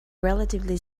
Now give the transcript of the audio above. relatively